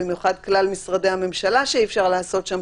במיוחד כלל משרדי הממשלה שאי-אפשר לעשות שם